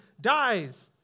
dies